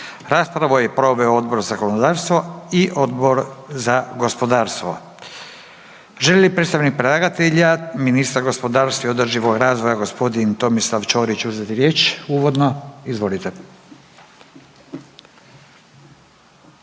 Raspravu je proveo Odbor za zakonodavstvo i Odbor za gospodarstvo. Želi li predstavnik predlagatelja ministar gospodarstva i održivog razvoja g. Tomislav Ćorić uzeti riječ uvodno? Izvolite.